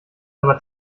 aber